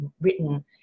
written